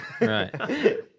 Right